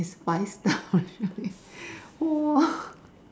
is five star !whoa!